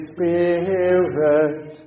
Spirit